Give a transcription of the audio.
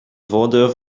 voordeur